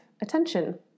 attention